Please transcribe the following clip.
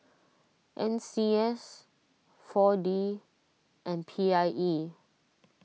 N C S four D and P I E